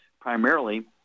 primarily